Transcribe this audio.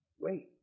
Wait